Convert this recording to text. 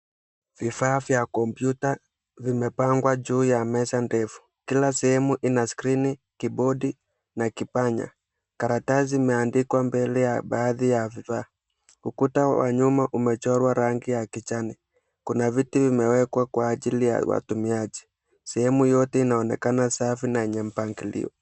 Vifaa vya kompyuta vimepangwa juu ya meza ndefu. Kila sehemu ina skrini, kibodi na kipanya. Karatasi zimeandikwa mbele ya baadhi ya vifaa. Ukuta wa nyuma umechorwa rangi ya kijani. Kuna viti vimewekwa kwa ajili ya watumiaji. Sehemu yote inaonekana safi na yenye mpangilio.